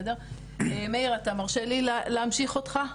מאיר אתה מרשה לי להמשיך אותך?